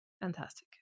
Fantastic